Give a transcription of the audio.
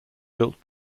built